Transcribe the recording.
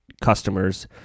customers